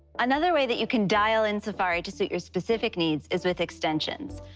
another way that you can dial in safari to suit your specific needs is with extensions.